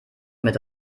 mit